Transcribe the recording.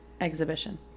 Exhibition